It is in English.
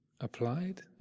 applied